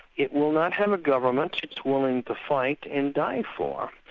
it will not have a government it's willing to fight and die for.